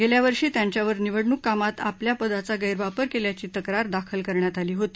गेल्यावर्षी त्यांच्यावर निवडणूक कामात आपल्या पदाचा गैरवापर केल्याची तक्रार दाखल करण्यात आली होती